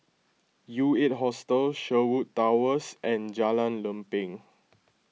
U eight Hostel Sherwood Towers and Jalan Lempeng